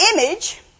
image